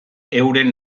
euren